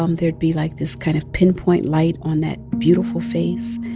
um there'd be, like, this kind of pinpoint light on that beautiful face.